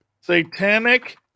Satanic